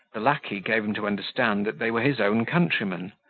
the lacquey gave him to understand that they were his own countrymen,